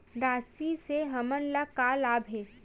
राशि से हमन ला का लाभ हे?